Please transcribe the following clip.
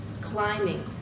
Climbing